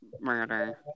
murder